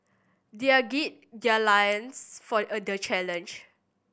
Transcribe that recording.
their gird their loins for the challenge